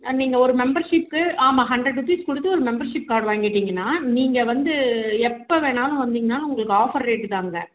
நீங்கள் ஒரு மெம்பர்ஷிப்க்கு ஆமாம் ஹண்ட்ரேட் ருபீஸ் கொடுத்து ஒரு மெம்பர்ஷிப் கார்ட் வாங்கிட்டிங்கன்னால் நீங்கள் வந்து எப்போ வேணாலும் வந்திங்கன்னால் உங்களுக்கு ஆஃபர் ரேட்டுதாங்க